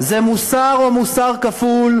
זה מוסר או מוסר כפול,